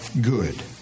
good